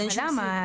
אבל למה?